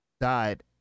died